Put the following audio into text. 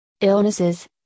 illnesses